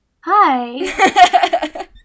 Hi